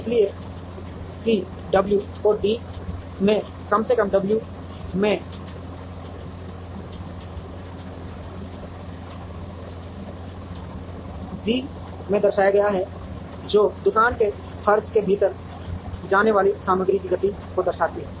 इसलिए कि w को d में कम से कम w में घ में दर्शाया गया है जो दुकान के फर्श के भीतर जाने वाली सामग्री की गति को दर्शाता है